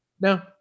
No